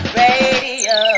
radio